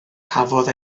cafodd